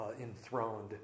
enthroned